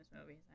movies